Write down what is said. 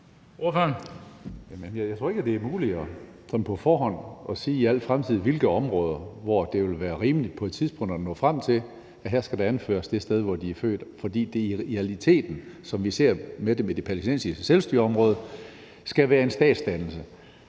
Jeg tror ikke, at det er muligt sådan på forhånd at sige for al fremtid, hvilke områder som det ville være rimeligt på et tidspunkt at nå frem til, at her skal det sted, hvor de er født, anføres, fordi det i realiteten, som vi ser det med det palæstinensiske selvstyreområde, skal være en statsdannelse.